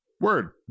Word